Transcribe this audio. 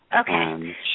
Okay